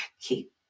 keep